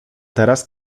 teraz